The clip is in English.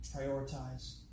prioritize